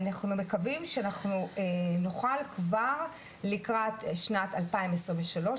אנחנו מקווים שאנחנו נוכל כבר לקראת שנת 2023,